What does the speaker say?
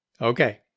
Okay